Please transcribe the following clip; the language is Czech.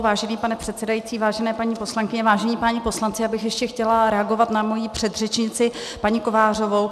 Vážený pane předsedající, vážené paní poslankyně, vážení páni poslanci, ještě bych chtěla reagovat na svoji předřečnici paní Kovářovou.